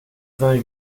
vingt